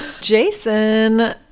jason